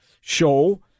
show